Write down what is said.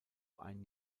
ein